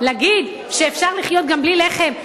להגיד שאפשר לחיות גם בלי לחם?